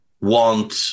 want